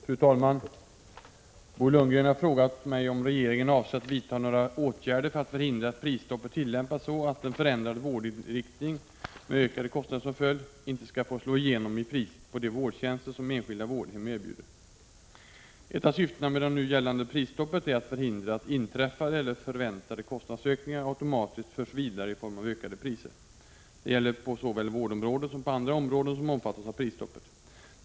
Fru talman! Bo Lundgren har frågat mig om regeringen avser att vidta några åtgärder för att förhindra att prisstoppet tillämpas så att en förändrad vårdinriktning med ökade kostnader som följd inte skall få slå igenom i priset för de vårdtjänster som enskilda vårdhem erbjuder. Ett av syftena med det nu gällande prisstoppet är att förhindra att inträffade eller förväntade kostnadsökningar automatiskt förs vidare i form av ökade priser. Detta gäller på såväl vårdområdet som på andra områden som omfattas av prisstoppet.